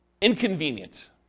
inconvenient